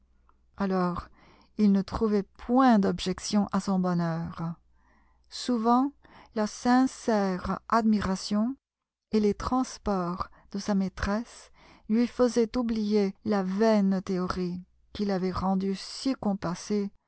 alors il ne trouvait point d'objection à son bonheur souvent la sincère admiration et les transports de sa maîtresse lui faisaient oublier la vaine théorie qui l'avait rendu si compassé